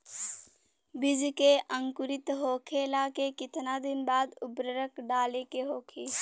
बिज के अंकुरित होखेला के कितना दिन बाद उर्वरक डाले के होखि?